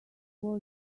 was